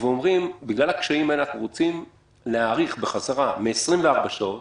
ואומרים שבגלל הקשיים האלה אתם רוצים להאריך בחזרה מ-24 שעות